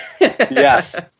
Yes